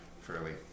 fairly